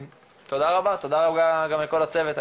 תודה רבה ותודה רבה גם לכל הצוות,